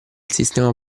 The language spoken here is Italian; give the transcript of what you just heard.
sistema